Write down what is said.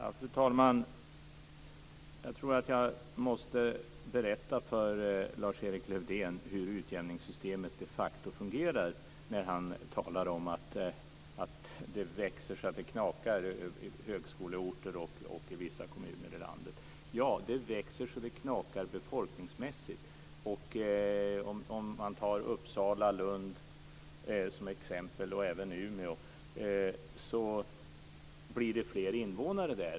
Fru talman! Jag tror att jag måste berätta för Lars Erik Lövdén hur utjämningssystemet de facto fungerar, när han talar om att det växer så det knakar i högskoleorter och i vissa kommuner i landet. Ja, det växer så det knakar befolkningsmässigt. Om man tar Uppsala och Lund som exempel, och även Umeå, blir det fler invånare där.